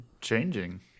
changing